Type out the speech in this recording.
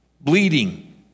bleeding